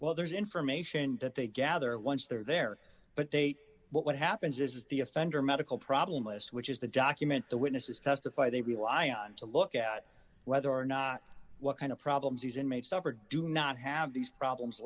well there's information that they gather once they're there but they but what happens is the offender medical problem list which is the document the witnesses testify they rely on to look at whether or not what kind of problems using made suffer do not have these problems